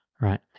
right